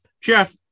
Jeff